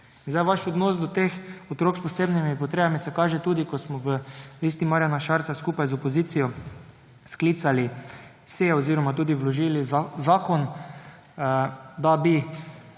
Vaš odnos do teh otrok s posebnimi potrebami se kaže tudi, ko smo v Listi Marjana Šarca skupaj z opozicijo sklicali sejo oziroma tudi vložili zakon, da bi